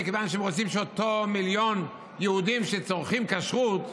מכיוון שהם רוצים שאותם מיליון יהודים שצורכים כשרות,